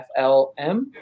FLM